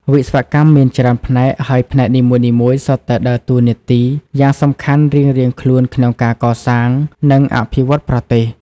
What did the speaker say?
វិស្វកម្មមាន ច្រើនផ្នែក ហើយផ្នែកនីមួយៗសុទ្ធតែដើរតួនាទី យ៉ាងសំខាន់ រៀងៗខ្លួនក្នុងការ កសាង និងអភិវឌ្ឍប្រទេស។